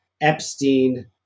Epstein